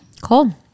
Cool